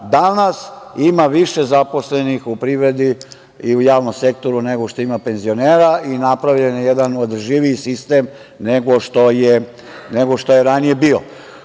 Danas ima više zaposlenih u privredi i u javnom sektoru nego što ima penzionera i napravljen je jedan održiv sistem nego što je ranije bio. Da